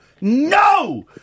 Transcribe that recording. no